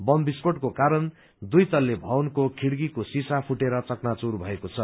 bomb विस्फोटको कारण दुइ तल्ले भवनको खिड़कीको शीशा फूटेर चकनाचूर भएको छ